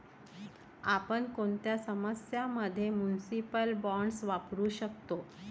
आपण कोणत्या समस्यां मध्ये म्युनिसिपल बॉण्ड्स वापरू शकतो?